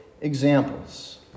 examples